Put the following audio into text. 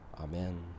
Amen